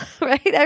right